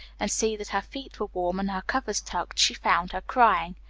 and see that her feet were warm and her covers tucked, she found her crying.